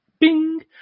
Bing